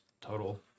Total